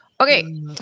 Okay